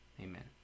Amen